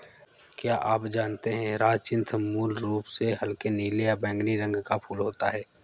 क्या आप जानते है ह्यचीन्थ मूल रूप से हल्के नीले या बैंगनी रंग का फूल होता है